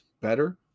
better